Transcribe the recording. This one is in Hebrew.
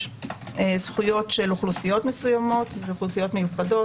זכויות של אוכלוסיות מסוימות ואוכלוסיות מיוחדות.